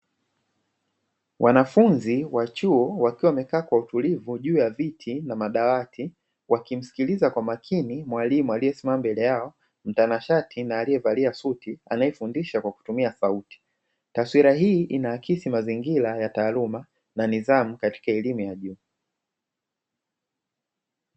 Wanafunzi wa chuo wakiwa wamekaa kwa utulivu juu ya viti na madawati wakimsikilliza kwa makini mwalimu aliye simama mbele yao mtanashati na aliyevalia suti anaefundidha akitumia sauti, taswira hii inaakisi mazingira ya taaluma na nidhamu katika elimu ya juu.